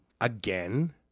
again